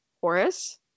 Horace